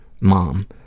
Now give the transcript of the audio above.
mom